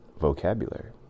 vocabulary